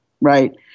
right